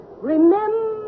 Remember